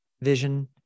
vision